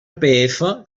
que